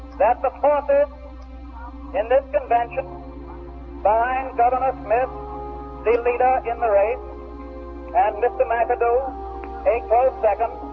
that the forces in this convention find governor smith the leader in the race and mr. mcadoo a close second,